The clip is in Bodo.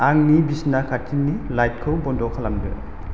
आंनि बिसना खाथिनि लाइटखौ बन्द' खालामदो